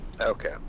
okay